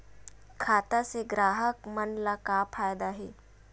खाता से ग्राहक मन ला का फ़ायदा हे?